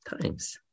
times